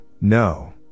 no